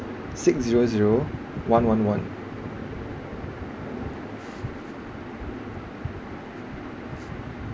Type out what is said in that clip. six zero zero one one one